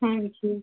ਹਾਂਜੀ